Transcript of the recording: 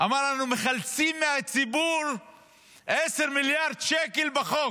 הגדיל ואמר לנו: מחלצים מהציבור 10 מיליארד שקל בחוק.